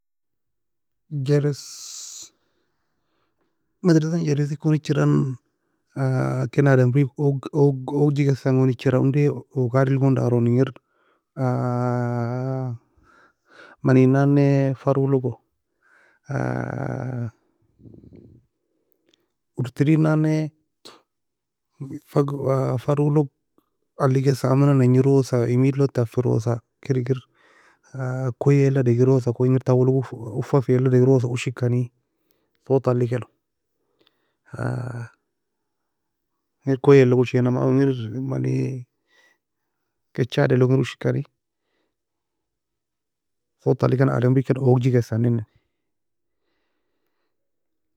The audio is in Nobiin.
جرس مدرسة جرس ekon echiran ken ademri oag oag oagikesen gon echiran onday ogad elgon daro engir manie nan nae فرو logo orteri nan nae fug فرو log aliekesa, aman na nagnirosa, emeed log tufirosa, kir egir. koye eli la daolirosa koyie engir tawoe low uffa uffi fiela degirosa ushikani صوت ta aliekeno. engir koye elog ushania او engir mani kigad elog ushikani صوت ta alikan ademri ken oagikesa nini